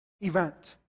event